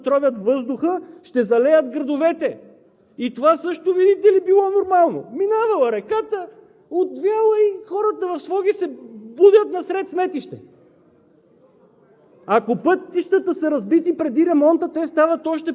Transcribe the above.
Ако не е суша, ще е наводнение! Ако боклуците не горят, за да тровят въздуха, ще залеят градовете! И това също, видите ли, било нормално!? Минавала реката, отвяла – и хората в Своге се будят насред сметище!